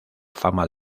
fama